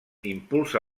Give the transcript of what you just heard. impulsa